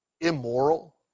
immoral